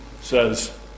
says